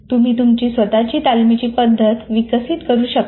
तुम्ही तुमची स्वतःची तालमीची पद्धत विकसित करू शकता